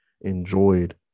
enjoyed